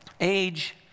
age